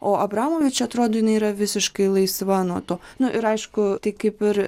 o abramovič atrodo jinai yra visiškai laisva nuo to nu ir aišku tai kaip ir